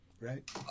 right